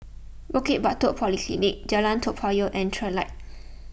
Bukit Batok Polyclinic Jalan Toa Payoh and Trilight